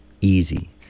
easy